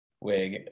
wig